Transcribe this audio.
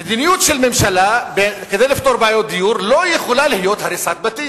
מדיניות של ממשלה כדי לפתור בעיות דיור לא יכולה להיות הריסת בתים.